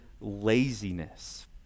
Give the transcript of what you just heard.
laziness